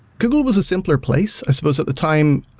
google was a simpler place. i supposed at the time,